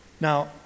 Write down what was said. Now